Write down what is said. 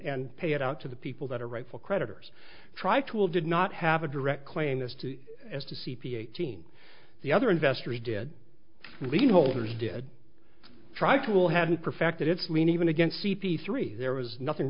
and pay it out to the people that are rightful creditors try to will did not have a direct claim this two as to c p eighteen the other investors did leave holders did try cool hadn't perfected it's lean even against c p three there was nothing